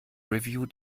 review